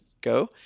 go